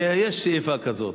יש שאיפה כזאת.